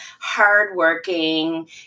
hardworking